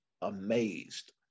amazed